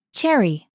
Cherry